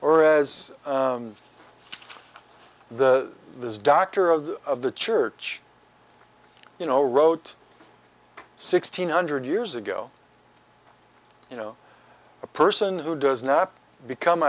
or as the this doctor of the of the church you know wrote sixteen hundred years ago you know a person who does not become